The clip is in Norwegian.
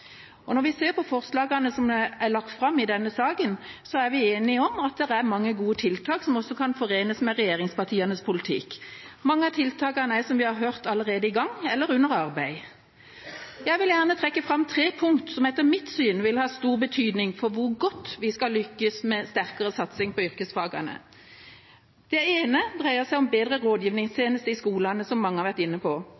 Når vi ser på forslagene som er lagt fram i denne saken, er vi enige om at det er mange gode tiltak som kan forenes med regjeringspartienes politikk. Mange av tiltakene er også, som vi har hørt, allerede i gang eller under arbeid. Jeg vil gjerne trekke fram tre punkt som etter mitt syn vil ha stor betydning for hvor godt vi skal lykkes med en sterkere satsing på yrkesfagene. Det ene dreier seg om bedre rådgivingstjeneste i skolen, som mange har vært inne på.